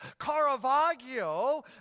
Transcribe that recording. Caravaggio